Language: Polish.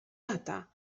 lata